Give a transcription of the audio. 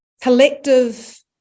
collective